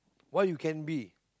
what you can be